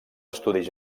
estudis